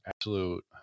absolute